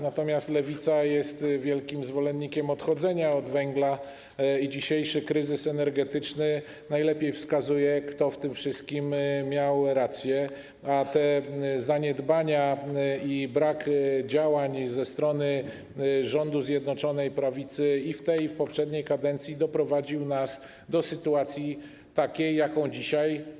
Natomiast Lewica jest wielkim zwolennikiem odchodzenia od węgla i dzisiejszy kryzys energetyczny najlepiej pokazuje, kto w tym wszystkim miał rację, a zaniedbania i brak działań ze strony rządu Zjednoczonej Prawicy w tej i w poprzedniej kadencji doprowadziły do takiej sytuacji, jaką mamy dzisiaj.